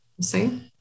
see